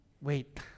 Wait